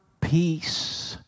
peace